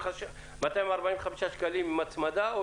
245 שקלים עם הצמדה או